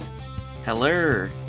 Hello